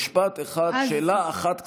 משפט אחד, שאלה אחת קצרה,